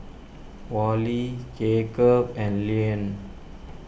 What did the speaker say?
Wally Jacob and Leann